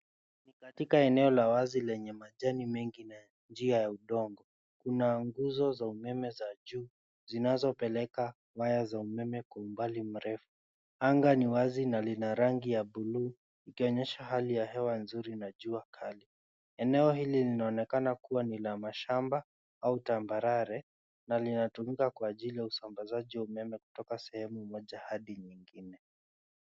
Katika eneo la wazi lenye majani mengi na njia ya udongo, kuna nguzo za umeme za juu zinazopeleka waya za umeme kwa umbali mrefu. Anga ni wazi na lina rangi ya buluu ikionyesha hali ya hewa nzuri na jua kali. Eneo hili linaonekana kuwa ni la mashamba au tambarare na linatumika kwa ajili ya usambazaji wa umeme kutoka sehemu moja hadi ingine.